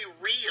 real